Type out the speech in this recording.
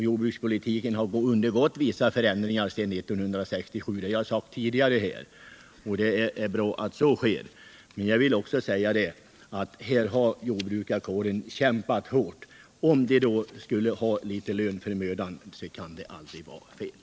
Jordbrukspolitiken har undergått vissa förändringar till det bättre sedan 1967, vilket har sagts tidigare här. Det är bra. Jordbrukarkåren har kämpat hårt, och kan den nu få litet lön för mödan kan det inte vara fel. De är ingalunda överkompenserade.